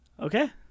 Okay